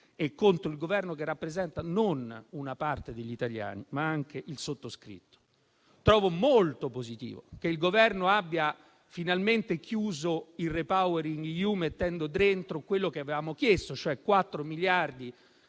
e contro il Governo che rappresenta non una parte degli italiani, ma anche il sottoscritto. Trovo molto positivo che il Governo abbia finalmente chiuso il REPowerEU, mettendoci quello che avevamo chiesto, cioè 4 miliardi